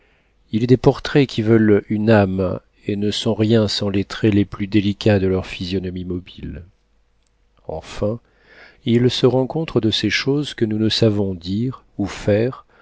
il est des portraits qui veulent une âme et ne sont rien sans les traits les plus délicats de leur physionomie mobile enfin il se rencontre de ces choses que nous ne savons dire ou faire